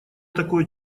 такое